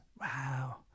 Wow